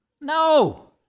No